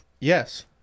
Yes